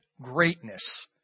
greatness